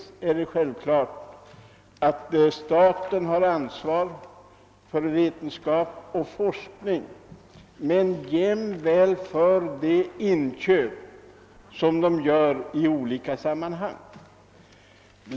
Först och främst har staten självfallet ansvar för vetenskap och forskning på området men också för de inköp av odontologisk materiel som görs.